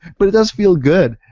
but it does feel good